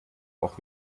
auch